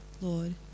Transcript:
Lord